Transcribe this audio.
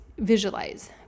visualize